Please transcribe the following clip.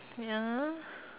wait ah